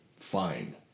fine